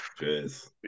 Yes